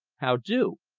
how do,